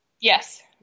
Yes